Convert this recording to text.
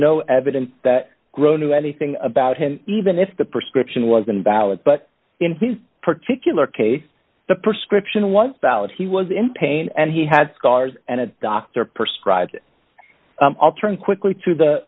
no evidence that grown knew anything about him even if the prescription wasn't valid but in his particular case the prescription was valid he was in pain and he had scars and a doctor prescribed i'll turn quickly to the